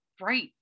Right